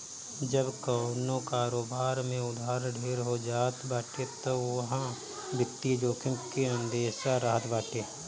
जब कवनो कारोबार में उधार ढेर हो जात बाटे तअ उहा वित्तीय जोखिम के अंदेसा रहत बाटे